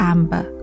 Amber